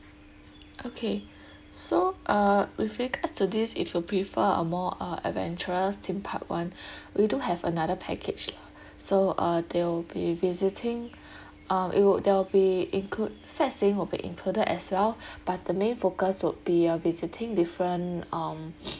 okay so uh with regards to this if you prefer a more uh adventurous theme park one we do have another package so uh there will be visiting uh it will there will be include sightseeing will be included as well but the main focus would be uh visiting different um